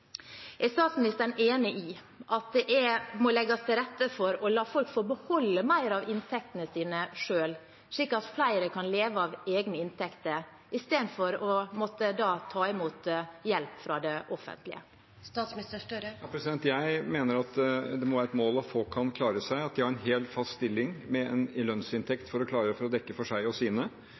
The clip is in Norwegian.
Er statsministeren enig i at det må legges til rette for å la folk få beholde mer av inntektene sine selv, slik at flere kan leve av egne inntekter istedenfor å måtte ta imot hjelp fra det offentlige? Jeg mener at det må være et mål at folk kan klare seg, at de har en hel, fast stilling med en lønnsinntekt for å klare å dekke for seg og sine,